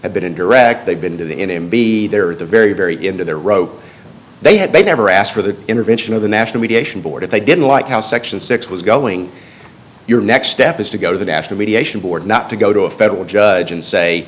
have been in direct they've been to the inn and be there at the very very into their rope they had they never asked for the intervention of the national mediation board if they didn't like how section six was going your next step is to go to the national mediation board not to go to a federal judge and say